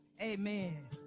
amen